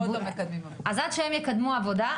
אז עד שהם יקדמו עבודה,